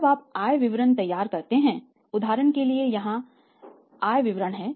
जब आप आय विवरण तैयार करते हैं उदाहरण के लिए यहाँ यह आय विवरण है